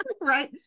right